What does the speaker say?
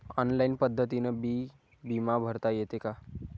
Online पद्धतीनं बी बिमा भरता येते का?